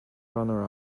runner